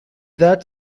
that